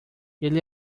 ele